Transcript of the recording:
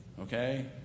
Okay